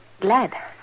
glad